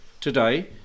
today